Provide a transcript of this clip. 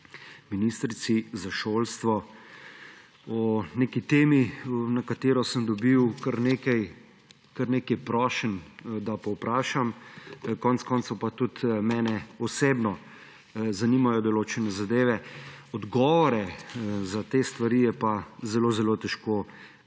ministrici za šolstvo o neki temi, za katero sem dobil kar nekaj prošenj, da povprašam, konec koncev pa tudi mene osebno zanimajo določene zadeve. Odgovore za te stvari je pa zelo, zelo težko kjerkoli